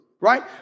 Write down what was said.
right